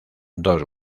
dos